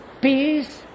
peace